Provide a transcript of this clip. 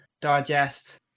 digest